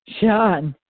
Sean